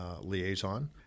liaison